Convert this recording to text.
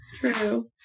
True